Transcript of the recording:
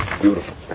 Beautiful